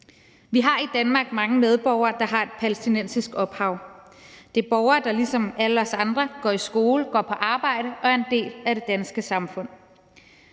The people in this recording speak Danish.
Vi har i Danmark mange medborgere, der har et palæstinensisk ophav. Det er borgere, der ligesom alle os andre går i skole, går på arbejde og er en del af det danske samfund.